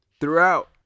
Throughout